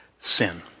sin